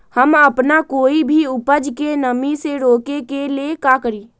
हम अपना कोई भी उपज के नमी से रोके के ले का करी?